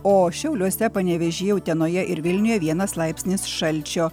o šiauliuose panevėžyje utenoje ir vilniuje vienas laipsnis šalčio